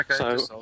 Okay